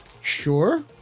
Sure